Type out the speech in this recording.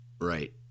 right